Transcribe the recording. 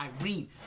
Irene